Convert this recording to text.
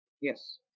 Yes